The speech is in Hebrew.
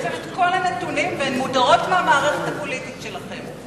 להן את כל הנתונים והן מודרות מהמערכת הפוליטית שלכם?